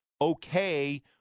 okay